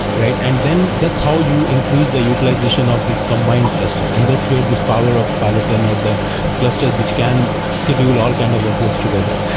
and then that's how you increase the utilization of this combined cluster, and that's where this power of peloton or the clusters which can schedule all kind of workloads together.